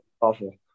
Awful